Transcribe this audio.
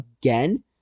again